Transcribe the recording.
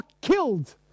killed